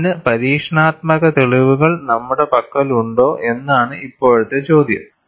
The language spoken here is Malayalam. ഇതിന് പരീക്ഷണാത്മക തെളിവുകൾ നമ്മുടെ പക്കലുണ്ടോ എന്നാണ് ഇപ്പോഴത്തെ ചോദ്യം